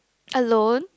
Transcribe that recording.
alone